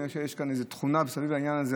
אני רואה שיש כאן איזה תכונה סביב לעניין הזה,